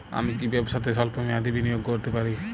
আমি কি ব্যবসাতে স্বল্প মেয়াদি বিনিয়োগ করতে পারি?